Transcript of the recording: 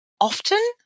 often